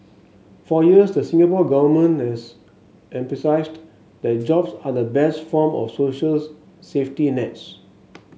for years the Singapore Government has emphasised that jobs are the best form of social safety nets